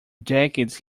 decades